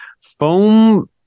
Foam